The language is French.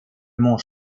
mont